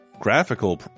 graphical